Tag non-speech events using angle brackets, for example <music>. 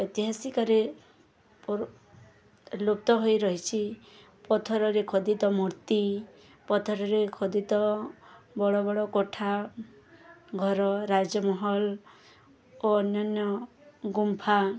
ଐତିହାସିକରେ <unintelligible> ଲୁପ୍ତ ହୋଇ ରହିଛି ପଥରରେ ଖଦିତ ମୂର୍ତ୍ତି ପଥରରେ ଖଦିତ ବଡ଼ ବଡ଼ କୋଠା ଘର ରାଜମହଲ ଓ ଅନ୍ୟାନ୍ୟ ଗୁମ୍ଫା